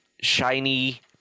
shiny